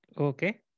okay